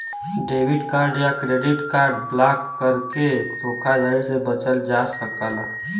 debit card या credit card block करके धोखाधड़ी से बचल जा सकला